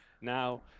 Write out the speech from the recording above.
Now